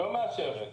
לא מאשרת,